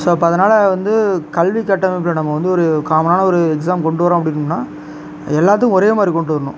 so அப்போ அதனால் வந்து கல்வி கட்டமைப்பில் நம்ம வந்து ஒரு காமனான ஒரு எக்ஸாம் கொண்டு வரோம் அப்படின்னா எல்லாத்துக்கும் ஒரேமாதிரி கொண்டு வரணும்